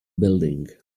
building